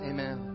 Amen